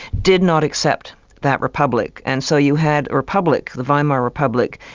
did not accept that republic, and so you had a republic, the weimar republic,